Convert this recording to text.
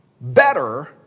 better